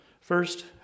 First